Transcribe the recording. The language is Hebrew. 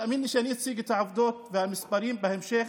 תאמין לי שאני אציג את העובדות והמספרים בהמשך.